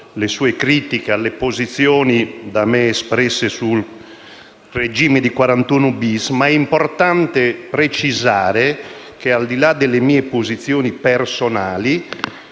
le sue critiche alle posizioni da me espresse sul regime del 41-*bis*. È importante precisare che, al di là delle mie posizioni personali,